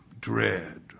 dread